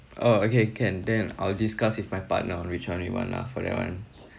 oh okay can then I'll discuss with my partner on which one we want lah for that one